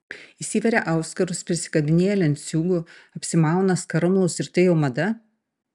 įsiveria auskarus prisikabinėja lenciūgų apsimauna skarmalus ir tai jau mada